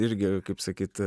irgi kaip sakyt